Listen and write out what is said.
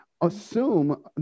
Assume